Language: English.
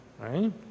right